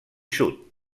sud